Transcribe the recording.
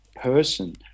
person